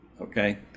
okay